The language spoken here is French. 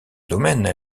domaine